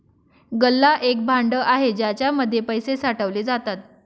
गल्ला एक भांड आहे ज्याच्या मध्ये पैसे साठवले जातात